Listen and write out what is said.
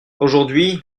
aujourd’hui